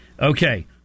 Okay